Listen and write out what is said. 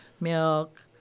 Milk